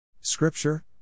Scripture